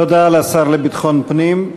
תודה לשר לביטחון פנים.